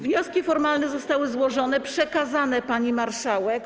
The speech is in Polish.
Wnioski formalne zostały złożone, przekazane pani marszałek.